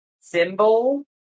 symbol